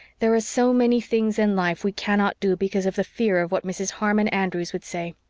there are so many things in life we cannot do because of the fear of what mrs. harmon andrews would say.